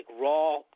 raw